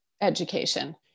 education